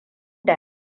da